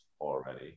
already